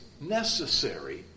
necessary